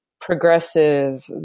progressive